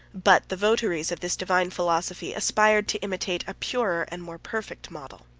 but the votaries of this divine philosophy aspired to imitate a purer and more perfect model.